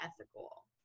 ethical